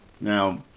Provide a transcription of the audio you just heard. Now